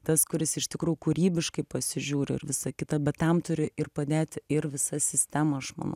tas kuris iš tikrųjų kūrybiškai pasižiūri ir visa kita bet tam turi ir padėti ir visa sistema aš manau